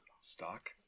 stock